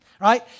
right